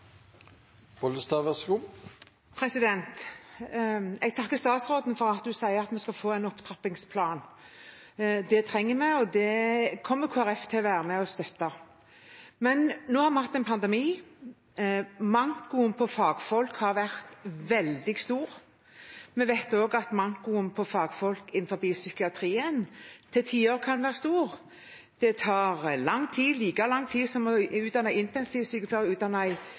Jeg takker statsråden for at hun sier vi skal få en opptrappingsplan. Det trenger vi, og det kommer Kristelig Folkeparti til å være med og støtte. Men nå har vi hatt en pandemi, og mankoen på fagfolk har vært veldig stor. Vi vet også at mankoen på fagfolk innenfor psykiatrien til tider kan være stor. Det tar lang tid, like lang tid som å utdanne intensivsykepleiere, å utdanne en psykiatrisk sykepleier,